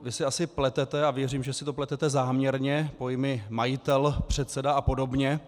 Vy si asi pletete, a věřím, že si to pletete záměrně, pojmy majitel, předseda a podobně.